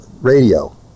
radio